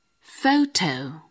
Photo